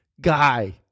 guy